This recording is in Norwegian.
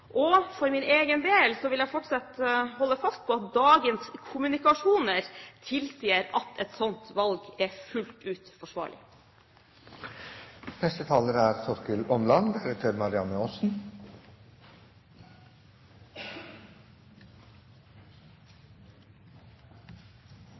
For min egen del vil jeg fortsatt holde fast på at dagens kommunikasjoner tilsier at et slikt valg er fullt ut forsvarlig. Jeg synes det er